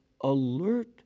alert